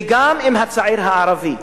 וגם אם הצעיר הערבי,